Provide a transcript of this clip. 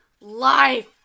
life